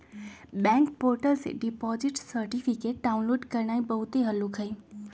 bank portal से deposit certificate download करनाइ बहुते हल्लुक हइ